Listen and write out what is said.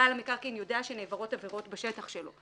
בעל המקרקעין יודע שנעברות עברות בשטח שלו,